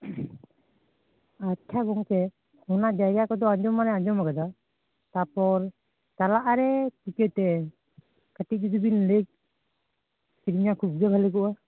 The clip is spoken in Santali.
ᱟᱪᱷᱪᱷᱟ ᱜᱚᱝᱠᱮ ᱚᱱᱟ ᱡᱟᱭᱜᱟ ᱠᱚᱫᱚ ᱚᱸᱡᱚᱢ ᱢᱟᱞᱮ ᱚᱸᱡᱚᱢᱟ ᱟᱠᱟᱫᱟ ᱛᱟᱯᱚᱨ ᱪᱟᱞᱟᱜᱼᱟᱞᱮ ᱪᱤᱠᱟᱹᱛᱮ ᱠᱟᱴᱤᱡ ᱡᱩᱫᱤᱵᱤᱱ ᱞᱟᱹᱭ ᱠᱮᱞᱤᱧᱟ ᱠᱷᱩᱵᱜᱮ ᱵᱷᱟᱹᱜᱤ ᱠᱚᱜᱼᱟ